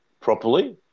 properly